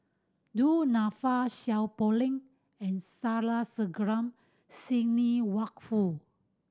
Du Nanfa Seow Poh Leng and Sandrasegaran Sidney Woodhull